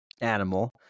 Animal